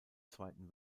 zweiten